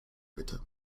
bitte